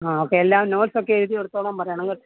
ആ അപ്പോള് എല്ലാം നോട്ട്സൊക്കെ എഴുതി എടുത്തോളാന് പറയണം കേട്ടോ